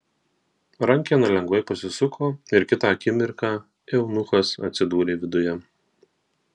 rankena lengvai pasisuko ir kitą akimirką eunuchas atsidūrė viduje